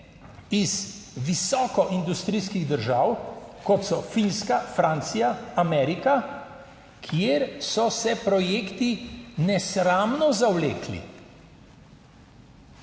iz visoko industrijskih držav, kot so Finska, Francija, Amerika, kjer so se projekti nesramno zavlekli.